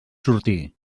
sortir